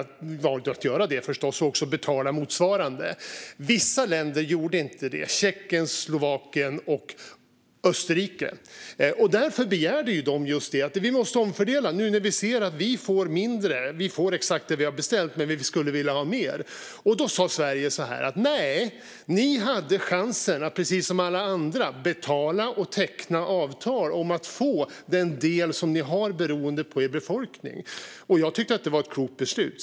Sverige valde att göra det, förstås, och att också betala motsvarande. Vissa länder gjorde det inte: Tjeckien, Slovakien och Österrike. Därför begärde just de länderna att man skulle omfördela när de såg att de fick mindre - de fick exakt det de hade beställt, men de skulle vilja ha mer. Då sa Sverige: Nej, precis som alla andra hade ni chansen att betala och teckna avtal om att få en andel i förhållande till er folkmängd. Jag tycker att det var ett klokt beslut.